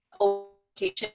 location